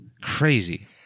Crazy